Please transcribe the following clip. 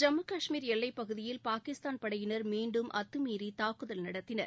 ஜம்மு காஷ்மீர் எல்லைப்பகுதியில் பாகிஸ்தான் படையினர் மீண்டும் அத்துமீறி தாக்குதல் நடத்தினர்